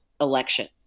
election